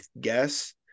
guess